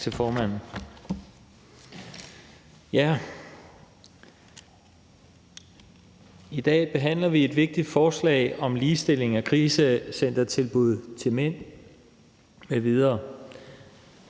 Tak til formanden. I dag behandler vi et vigtigt forslag om ligestillingen af krisecentertilbud til mænd m.v.,